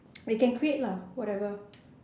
they can create lah whatever